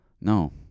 No